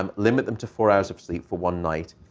um limit them to four hours of sleep for one night,